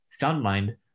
SoundMind